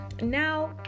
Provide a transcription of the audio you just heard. now